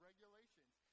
regulations